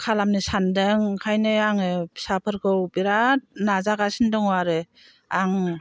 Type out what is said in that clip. खालामनो सानदों ओंखायनो आङो फिसाफोरखौ बिराद नाजागासिनो दङ आरो आं